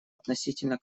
относительно